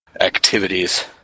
activities